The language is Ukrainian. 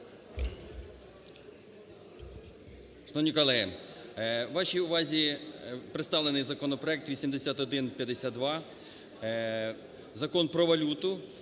Дякую.